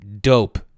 Dope